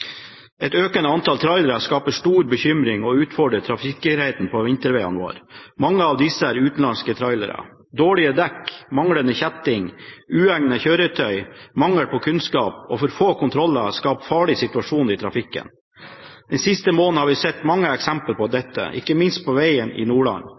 Et økende antall trailere skaper stor bekymring og utfordrer trafikksikkerheten på vintervegene våre, mange av disse er utenlandske trailere. Dårlige dekk, manglende kjetting, uegnede kjøretøy, mangel på kunnskap og for få kontroller skaper farlige situasjoner i trafikken. Den siste måneden har vi sett mange eksempler på dette, ikke minst på vegen i Nordland.